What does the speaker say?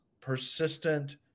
persistent